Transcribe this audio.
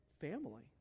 family